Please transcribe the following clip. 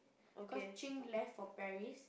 cause Jing left for Paris